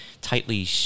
tightly